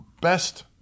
best